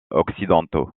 occidentaux